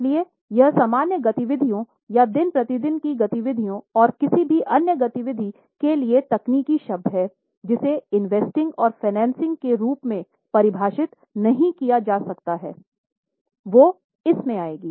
इसलिए यह सामान्य गतिविधियों या दिन प्रतिदिन की गतिविधियों और किसी भी अन्य गति विधि के लिए तकनीकी शब्द है जिसे इन्वेस्टिंग और फाइनेंसिंग के रूप में परिभाषित नहीं किया जा सकता है वो इस में आएगी